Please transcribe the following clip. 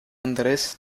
andrés